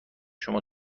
شما